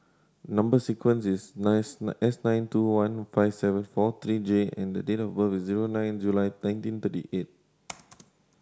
number sequence is nine S nine two one five seven four three J and date of birth is zero nine July nineteen thirty eight